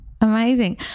Amazing